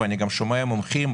ואני גם שומע מומחים,